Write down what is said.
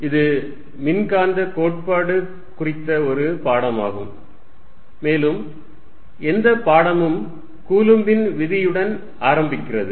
இது மின்காந்தக் கோட்பாடு குறித்த ஒரு பாடமாகும் மேலும் எந்த பாடமும் கூலும்பின் விதியுடன் ஆரம்பிக்கிறது